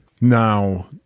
Now